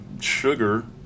sugar